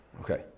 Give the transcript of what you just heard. Okay